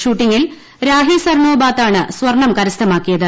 ഷൂട്ടിംഗിൽ രാഹി സർനോ ബാതാണ് സ്വർണ്ണം കരസ്ഥമാക്കിയത്